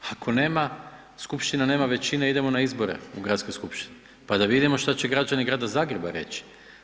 Ako nema, skupština nema većine, idemo na izbore u gradskoj skupštini, pa da vidimo šta će građani Grada Zagreba reći.